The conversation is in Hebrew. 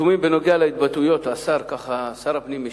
כך משיב שר הפנים: